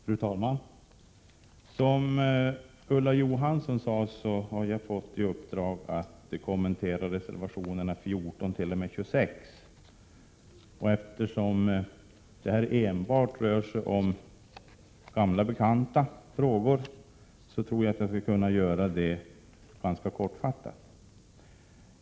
Fru talman! Som Ulla Johansson sade, har jag fått i uppdrag att kommentera reservationerna 14—26. Eftersom det enbart rör sig om gamla bekanta frågor, tror jag att jag skulle kunna göra detta ganska kortfattat.